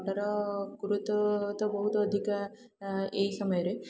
ଫଟୋର ଗୁରୁତ୍ୱ ତ ବହୁତ ଅଧିକା ଏଇ ସମୟରେ